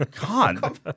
God